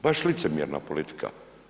Baš licemjerna politika.